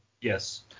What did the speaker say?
Yes